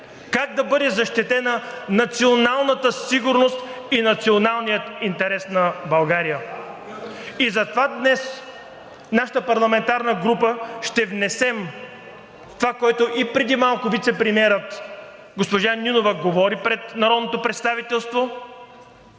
как да бъде защитена националната сигурност и националният интерес на България. И затова днес нашата парламентарна група ще внесем това, което и преди малко вицепремиерът госпожа Нинова говори пред народното представителство,